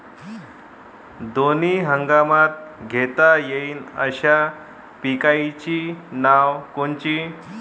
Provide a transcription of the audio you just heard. दोनी हंगामात घेता येईन अशा पिकाइची नावं कोनची?